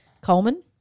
Coleman